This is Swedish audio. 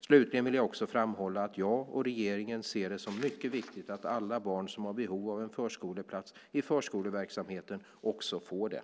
Slutligen vill jag också framhålla att jag och regeringen ser det som mycket viktigt att alla barn som har behov av en förskoleplats i förskoleverksamheten också får det.